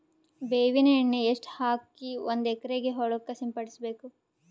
ಬೇವಿನ ಎಣ್ಣೆ ಎಷ್ಟು ಹಾಕಿ ಒಂದ ಎಕರೆಗೆ ಹೊಳಕ್ಕ ಸಿಂಪಡಸಬೇಕು?